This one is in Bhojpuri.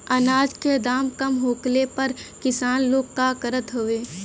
अनाज क दाम कम होखले पर किसान लोग का करत हवे?